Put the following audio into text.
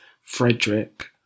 Frederick